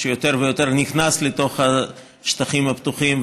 הוא יותר ויותר נכנס לשטחים הפתוחים,